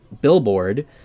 billboard